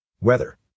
weather